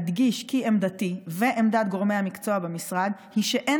אדגיש כי עמדתי ועמדת גורמי המקצוע במשרד היא שאין